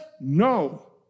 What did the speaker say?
No